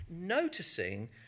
noticing